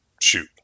shoot